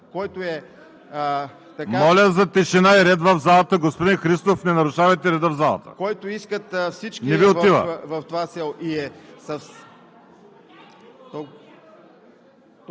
Моля за тишина и ред в залата! Господин Христов, не нарушавайте реда в залата, не Ви отива.